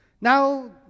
Now